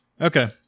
Okay